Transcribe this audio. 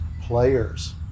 players